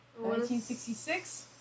1966